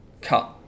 cut